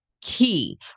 key